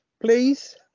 please